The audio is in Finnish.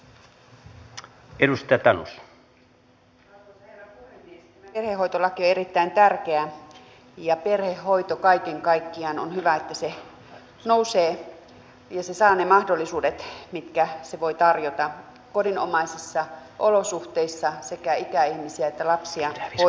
tämä perhehoitolaki on erittäin tärkeä ja kaiken kaikkiaan on hyvä että perhehoito nousee ja se saa ne mahdollisuudet mitkä se voi tarjota kodinomaisissa olosuhteissa sekä ikäihmisiä että lapsia hoidettaessa